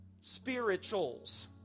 spirituals